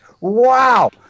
wow